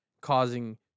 causing